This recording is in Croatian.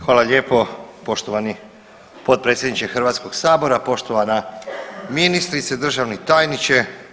Hvala lijepo poštovani potpredsjedniče Hrvatskog sabora, poštovana ministrice, državni tajniče.